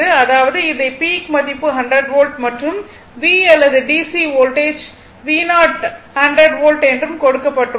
அதாவது இதை பீக் மதிப்பு 100 வோல்ட் மற்றும் V அல்லது DC வோல்டேஜ் V0 100 வோல்ட் என்று கொடுக்கப்பட்டுள்ளது